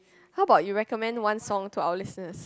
how about you recommend one song to our listeners